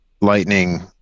lightning